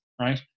right